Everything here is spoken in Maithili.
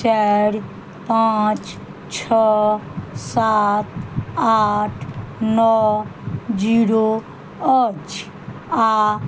चारि पाँच छओ सात आठ नओ जीरो अछि आओर